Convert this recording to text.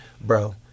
bro